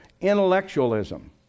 intellectualism